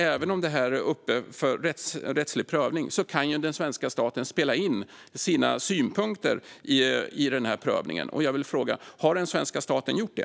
Även om detta är uppe för rättslig prövning kan den svenska staten spela in sina synpunkter i prövningen. Jag vill fråga: Har den svenska staten gjort det?